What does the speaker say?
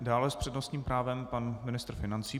Dále s přednostním právem pan ministr financí.